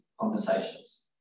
conversations